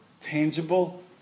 tangible